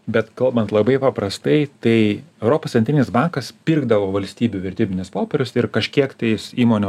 bet kalbant labai paprastai tai europos centrinis bankas pirkdavo valstybių vertybinius popierius ir kažkiek tais įmonių